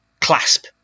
clasp